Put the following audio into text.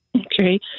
Okay